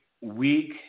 week